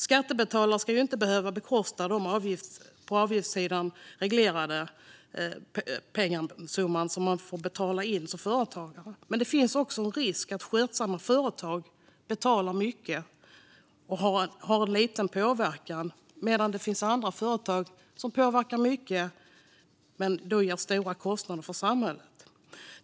Skattebetalarna ska inte behöva bekosta den pengasumma som är reglerad på avgiftssidan och som man får betala in som företagare. Det finns också en risk att skötsamma företag betalar mycket fastän de har liten påverkan, medan andra företag påverkar mycket men orsakar stora kostnader för samhället.